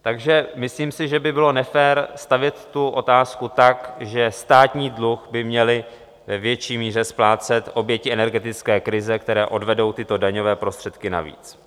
Takže myslím si, že by bylo nefér stavět tu otázku tak, že státní dluh by měly ve větší míře splácet oběti energetické krize, které odvedou tyto daňové prostředky navíc.